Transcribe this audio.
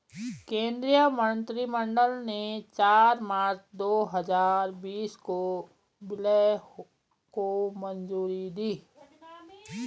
केंद्रीय मंत्रिमंडल ने चार मार्च दो हजार बीस को विलय को मंजूरी दी